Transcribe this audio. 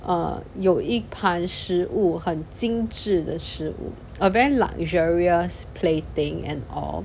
err 有一盘食物很精致的食物 a very luxurious plating and all